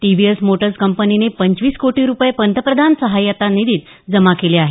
TVS Motors कंपनीने पंचवीस कोटी रूपये पंतप्रधान सहाय्यता निधीत जमा केले आहे